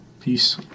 Peace